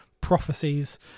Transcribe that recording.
prophecies